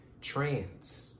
Trans